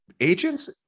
agents